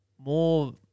More